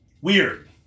weird